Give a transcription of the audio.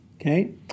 Okay